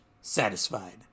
Satisfied